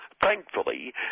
thankfully